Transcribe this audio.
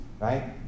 Right